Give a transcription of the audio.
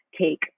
take